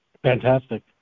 Fantastic